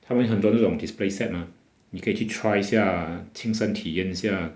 他们有很多这种 display set mah 你可以去 try 一下亲身体验一下